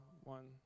one